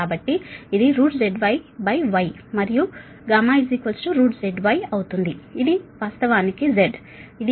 కాబట్టి ఇది ZYY మరియుγZY అవుతుంది ఇది వాస్తవానికి z